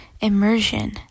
immersion